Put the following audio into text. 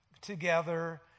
together